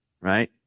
Right